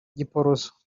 giporoso